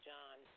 John